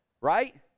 right